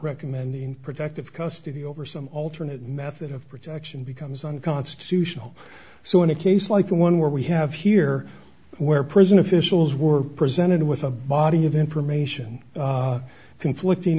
recommending protective custody over some alternate method of protection becomes unconstitutional so in a case like the one where we have here where prison officials were presented with a body of information conflicting